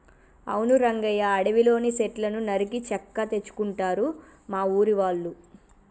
అవును రంగయ్య అడవిలోని సెట్లను నరికి చెక్క తెచ్చుకుంటారు మా ఊరి వాళ్ళు